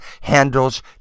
handles